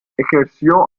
ejerció